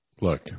Look